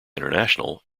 international